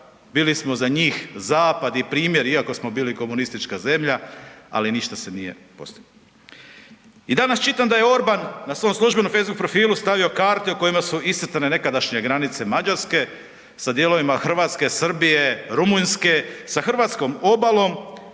bili smo za njih zapad i primjer iako smo bili komunistička zemlja, ali ništa se nije postiglo. I danas čitam da je Orban na svom službenom Facebook profilu stavio karte u kojima su iscrtane nekadašnje granice Mađarske sa dijelovima Hrvatske, Srbije, Rumunjske, sa hrvatskom obalom,